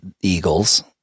Eagles